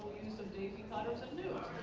use of daisy cutters and nukes